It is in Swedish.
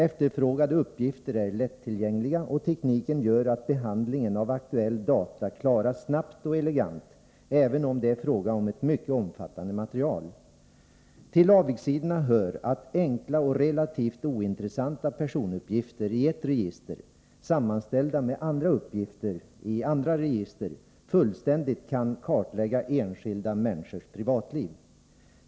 Efterfrågade uppgifter är lättillgängliga, och tekniken gör att behandlingen av aktuella data klaras snabbt och elegant, även om det är fråga om ett mycket omfattande material. Till avigsidorna hör att enkla och relativt ointressanta personuppgifter i ett register sammanställda med andra uppgifter i andra register fullständigt kan kartlägga enskilda människors privatliv.